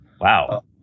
wow